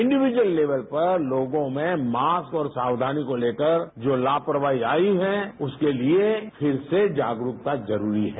individual level पर लोगों में मास्क और सावधानी को लेकर जो लापरवाही आई है उसके लिए फिर से जागरूकता जरूरी है